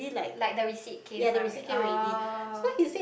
like the receipt came out oh